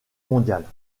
mondiale